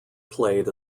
played